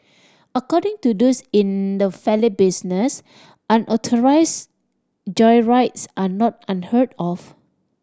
according to those in the valet business unauthorised joyrides are not unheard of